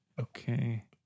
Okay